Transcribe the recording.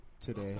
today